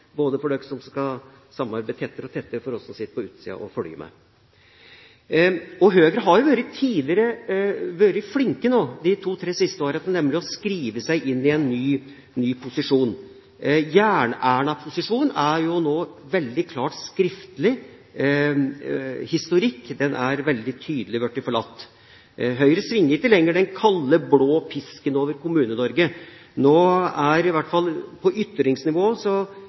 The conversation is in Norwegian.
både for dem som skal samarbeide tettere og tettere, og for oss som sitter på utsiden og følger med. Høyre har jo vært flink de to–tre siste årene til å skrive seg inn i en ny posisjon. Jern-Erna-posisjonen er nå veldig klart skriftlig historikk og har veldig tydelig blitt forlatt. Høyre svinger ikke lenger den kalde blå pisken over Kommune-Norge. I hvert fall på ytringsnivå